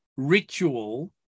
Ritual